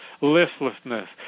Listlessness